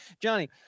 Johnny